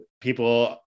people